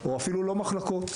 או אפילו לא מחלקות,